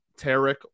Tarek